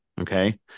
Okay